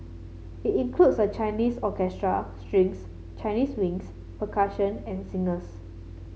it includes a Chinese orchestra strings Chinese winds percussion and singers